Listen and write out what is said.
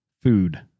food